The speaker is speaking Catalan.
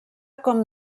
com